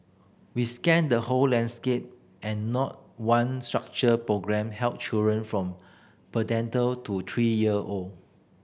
we scanned the whole landscape and not one structured programme help children from prenatal to three year old